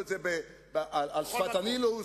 על שפת הנילוס.